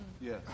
Yes